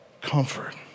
Comfort